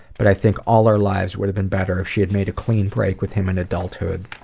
but i think all our lives would have been better if she had made a clean break with him in adulthood.